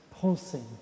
pulsing